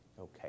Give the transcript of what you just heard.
Okay